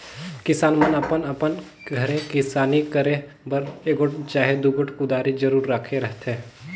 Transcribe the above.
किसान मन अपन अपन घरे किसानी करे बर एगोट चहे दुगोट कुदारी जरूर राखे रहथे